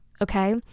okay